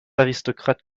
aristocrates